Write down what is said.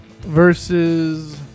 Versus